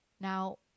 Now